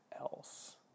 else